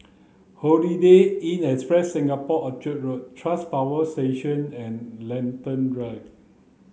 Holiday Inn Express Singapore Orchard Road Tuas Power Station and Lentor Drive